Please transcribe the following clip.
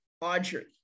Audrey